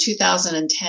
2010